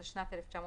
התשנ"ט-1999.